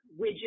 widget